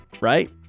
right